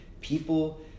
people